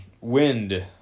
Wind